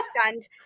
stunned